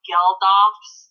Geldof's